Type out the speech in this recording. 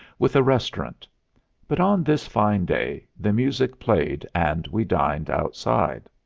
with a restaurant but on this fine day the music played and we dined outside.